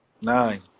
Nine